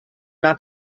not